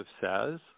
says